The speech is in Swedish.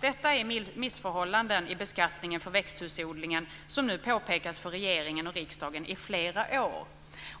Detta är missförhållanden i beskattningen för växthusodlingen som påpekats för regeringen och riksdagen i flera år.